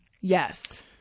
yes